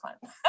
fun